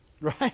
Right